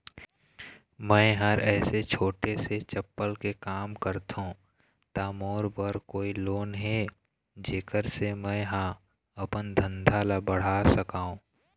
मैं हर ऐसे छोटे से चप्पल के काम करथों ता मोर बर कोई लोन हे जेकर से मैं हा अपन धंधा ला बढ़ा सकाओ?